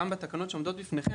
גם בתקנות שעומדות לפניכם,